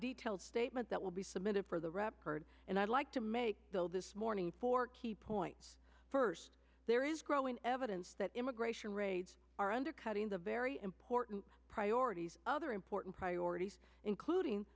detailed statement that will be submitted for the rep heard and i'd like to make build this morning four key points first there is growing evidence that immigration raids are undercutting the very important priorities other important priorities including